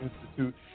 Institute